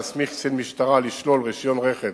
מומלץ להסמיך קצין משטרה לשלול רשיון של רכב